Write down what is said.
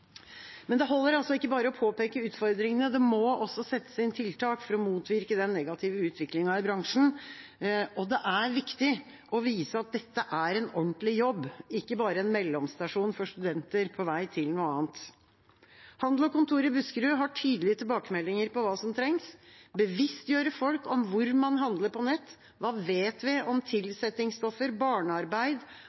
Men det holder ikke bare å påpeke utfordringene. Det må settes inn tiltak for å motvirke den negative utviklingen i bransjen. Det er viktig å vise at dette er en ordentlig jobb, ikke bare en mellomstasjon for studenter på vei til noe annet. Handel og Kontor i Buskerud har tydelige tilbakemeldinger på hva som trengs: Å bevisstgjøre folk om hvor man handler på nett. Hva vet vi om tilsettingsstoffer, barnearbeid